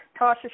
Tasha